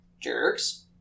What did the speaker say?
Jerks